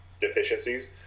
deficiencies